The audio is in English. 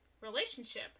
relationship